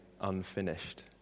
unfinished